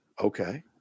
okay